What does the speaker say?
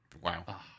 wow